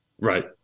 Right